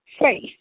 faith